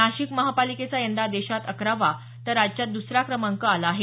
नाशिक महापालिकेचा यंदा देशात अकरावा तर राज्यात द्रसरा क्रमांक आला आहे